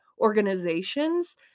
organizations